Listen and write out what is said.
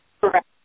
correct